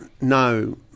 no